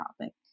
topic